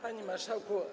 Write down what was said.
Panie Marszałku!